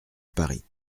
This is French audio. paris